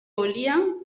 volíem